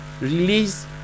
release